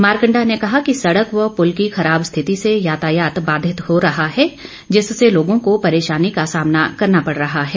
मारकंडा ने कहा कि सड़क व पुल की खराब स्थिति से यातायात बाधित हो रहा है जिससे लोगों को परेशानी का सामना करना पड़ रहा है